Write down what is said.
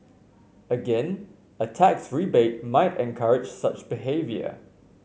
again a tax rebate might encourage such behaviour